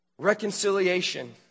Reconciliation